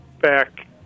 back